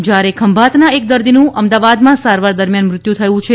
જ્યારે ખંભાતના એક દર્દીનું અમદાવાદમાં સારવાર દરમ્યાન મૃત્યુ થયું છે